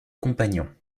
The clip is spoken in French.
compagnon